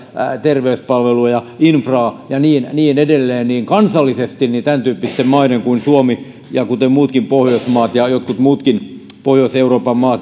terveyspalveluja infraa ja niin niin edelleen kansallisesti tämäntyyppisille maille kuin suomi kuten muillekin pohjoismaille ja joillekin muillekin pohjois euroopan